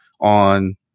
on